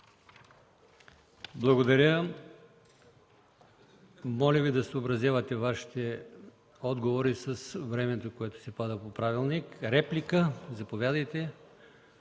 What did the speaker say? Благодаря. Моля Ви да съобразявате Вашите отговори с времето, което Ви се пада по правилник. Реплика – заповядайте.